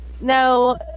No